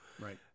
Right